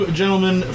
gentlemen